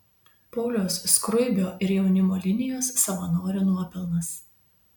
pauliaus skruibio ir jaunimo linijos savanorių nuopelnas